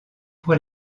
pour